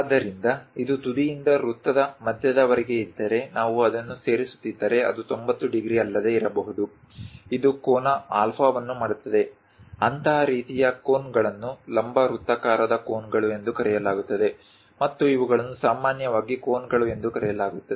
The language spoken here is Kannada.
ಆದ್ದರಿಂದ ಇದು ತುದಿಯಿಂದ ವೃತ್ತದ ಮಧ್ಯದವರೆಗೆ ಇದ್ದರೆ ನಾವು ಅದನ್ನು ಸೇರಿಸುತ್ತಿದ್ದರೆ ಅದು 90 ಡಿಗ್ರಿ ಅಲ್ಲದೆ ಇರಬಹುದು ಇದು ಕೋನ ಆಲ್ಫಾವನ್ನು ಮಾಡುತ್ತದೆ ಅಂತಹ ರೀತಿಯ ಕೋನ್ಗಳನ್ನು ಲಂಬ ವೃತ್ತಾಕಾರದ ಕೋನ್ಗಳು ಎಂದು ಕರೆಯಲಾಗುತ್ತದೆ ಮತ್ತು ಇವುಗಳನ್ನು ಸಾಮಾನ್ಯವಾಗಿ ಕೋನ್ಗಳು ಎಂದು ಕರೆಯಲಾಗುತ್ತದೆ